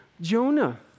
Jonah